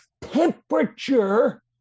temperature